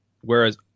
whereas